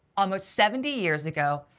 almost seventy years ago,